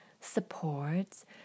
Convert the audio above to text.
supports